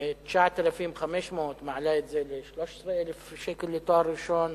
מ-9,500 שקלים ל-13,000 שקלים לתואר ראשון,